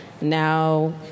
now